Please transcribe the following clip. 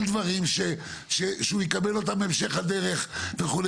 דברים שהוא יקבל אותם בהמשך הדרך וכו',